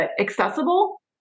accessible